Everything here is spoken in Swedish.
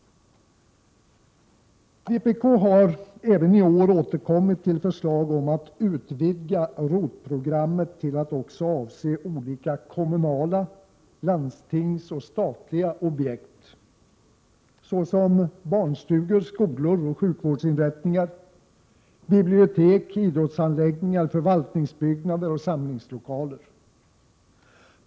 Vpk har även i år återkommit med förslag om att utvidga ROT programmet till att också avse olika kommunala, landstingskommunala och statliga objekt såsom barnstugor, skolor, sjukvårdsinrättningar, bibliotek, idrottsanläggningar, förvaltningsbyggnader och samlingslokaler.